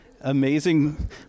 Amazing